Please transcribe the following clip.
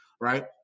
right